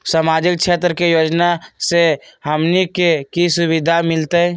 सामाजिक क्षेत्र के योजना से हमनी के की सुविधा मिलतै?